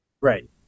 Right